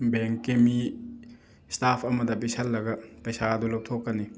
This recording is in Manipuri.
ꯕꯦꯡꯛꯀꯤ ꯃꯤ ꯏꯁꯇꯥꯞ ꯑꯃꯗ ꯄꯤꯁꯜꯂꯒ ꯄꯩꯁꯥ ꯑꯗꯨ ꯂꯧꯊꯣꯛꯀꯅꯤ